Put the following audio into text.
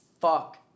fuck